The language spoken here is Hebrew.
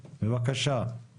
הוא בעצמו מכשיר את בעל העסק.